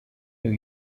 new